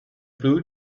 blue